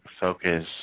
focus